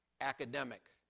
academic